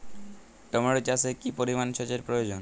Tomato চাষে কি পরিমান সেচের প্রয়োজন?